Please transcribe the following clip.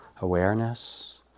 awareness